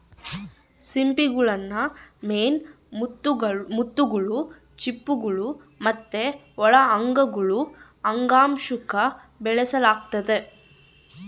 ಸಿಂಪಿಗುಳ್ನ ಮೇನ್ ಮುತ್ತುಗುಳು, ಚಿಪ್ಪುಗುಳು ಮತ್ತೆ ಒಳ ಅಂಗಗುಳು ಅಂಗಾಂಶುಕ್ಕ ಬೆಳೆಸಲಾಗ್ತತೆ